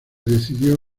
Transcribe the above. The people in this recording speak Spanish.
decidió